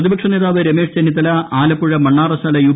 പ്രതിപക്ഷ നേതാവ് രമേശ് ചെന്നിത്തല ആലപ്പുഴ മണ്ണാറശ്ശാല യു